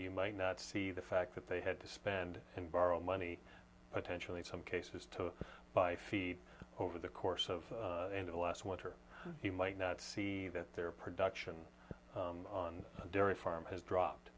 you might not see the fact that they had to spend and borrow money potentially some cases to buy feed over the course of the last winter he might not see that their production on during farm has dropped